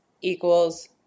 equals